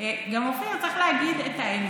אופיר, צריך להגיד גם את האמת,